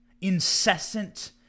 incessant